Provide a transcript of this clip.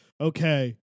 okay